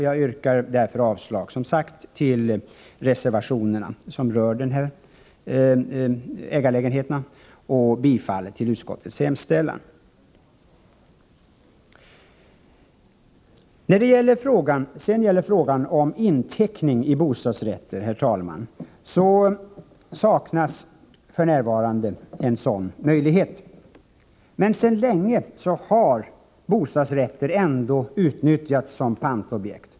Jag yrkar därför som sagt avslag på reservationerna som rör ägarlägenheter och bifall till utskottets hemställan. När det gäller frågan om inteckning i bostadsrätter, herr talman, så saknas för närvarande en sådan möjlighet. Men sedan länge har bostadsrätter ändå utnyttjats som pantobjekt.